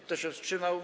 Kto się wstrzymał?